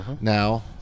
now